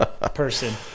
person